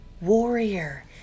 warrior